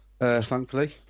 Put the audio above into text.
thankfully